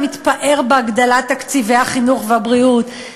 מתפאר בהגדלת תקציבי החינוך והבריאות,